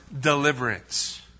deliverance